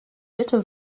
mitte